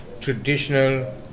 traditional